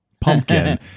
pumpkin